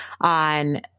on